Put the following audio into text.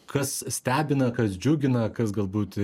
kas stebina kas džiugina kas galbūt